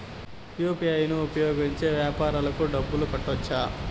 UPI ను ఉపయోగించి వ్యాపారాలకు డబ్బులు కట్టొచ్చా?